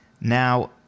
Now